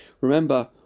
remember